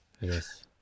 Yes